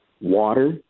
Water